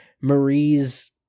Marie's